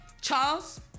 Charles